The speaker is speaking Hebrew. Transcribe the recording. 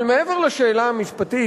אבל מעבר לשאלה המשפטית,